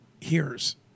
hears